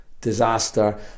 Disaster